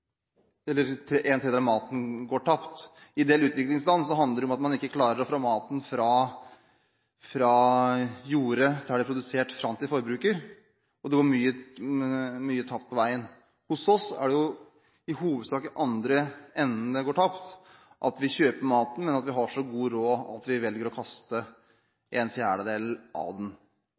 en tredjedel av maten går tapt. I en del utviklingsland handler det om at man ikke klarer å få maten fra jordet, der den er produsert, og fram til forbruker, og det går mye tapt på veien. Hos oss er det jo i hovedsak i andre enden det går tapt – at vi kjøper maten, men at vi har så god råd at vi velger å kaste en fjerdedel av den.